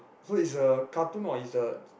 so is a cartoon or is